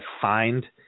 find